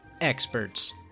experts